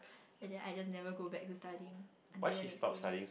and then I just never go back to studying until the next day